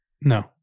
No